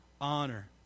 honor